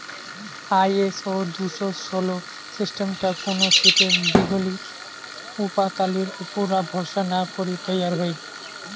ISO দুশো ষোল সিস্টামটা কুনো শীটের দীঘলি ওপাতালির উপুরা ভরসা না করি তৈয়ার হই